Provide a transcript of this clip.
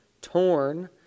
Torn